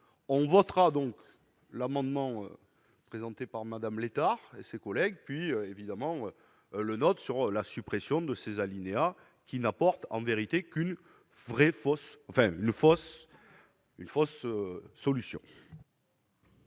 On votera donc l'amendement présenté par Madame l'État et ses collègues puis évidemment le note sur la suppression de ces alinéas qui n'apporte en vérité qu'une vraie fausse